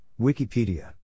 Wikipedia